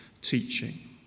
teaching